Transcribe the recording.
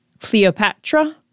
Cleopatra